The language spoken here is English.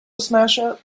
smashup